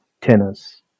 tennis